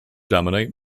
dominate